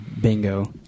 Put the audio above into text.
Bingo